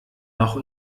noch